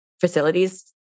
facilities